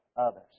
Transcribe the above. others